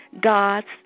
God's